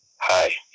Hi